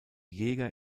jäger